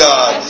God